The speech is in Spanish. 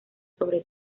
sobre